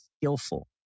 Skillful